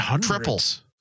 triples